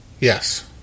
Yes